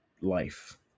life